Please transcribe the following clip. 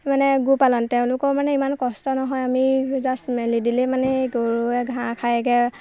মানে গো পালন তেওঁলোকৰ মানে ইমান কষ্ট নহয় আমি জাষ্ট মেলি দিলেই মানে গৰুৱে ঘাঁহ খায়গৈ